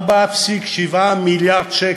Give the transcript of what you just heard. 4.7 מיליארד שקל,